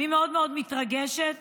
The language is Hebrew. אני מתרגשת